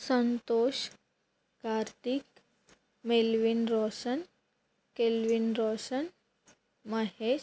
Santosh Karthik Melvin Roshan Kelvin Roshan Mahesh